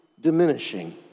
diminishing